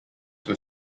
were